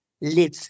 live